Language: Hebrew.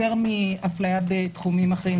יותר מהפליה בתחומים אחרים,